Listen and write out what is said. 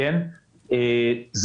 זה